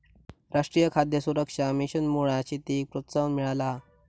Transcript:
राष्ट्रीय खाद्य सुरक्षा मिशनमुळा शेतीक प्रोत्साहन मिळाला हा